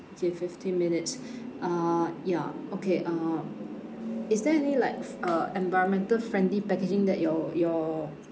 okay fifteen minutes uh ya okay um is there any like f~ uh environmental friendly packaging that your your